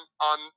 on